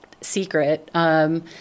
secret